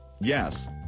Yes